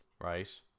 right